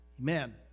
amen